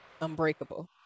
Unbreakable